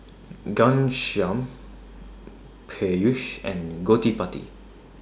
Ghanshyam Peyush and Gottipati